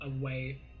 away